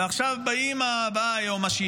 ועכשיו באה היועמ"שייה,